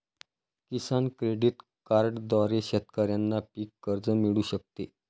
किसान credit कार्डद्वारे शेतकऱ्यांना पीक कर्ज मिळू शकते